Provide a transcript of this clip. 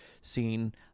seen